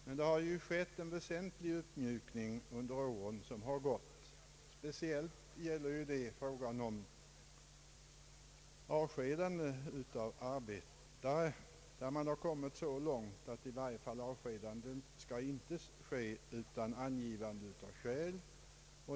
Men det har ju skett en väsentlig uppmjukning under åren som har gått. Speciellt gäller det frågan om avskedande av arbetare, där man i varje fall kommit så långt att avskedanden inte skall ske utan angivande av skäl.